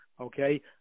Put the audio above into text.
okay